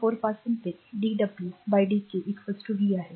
4 पासून ते dw dq v आहे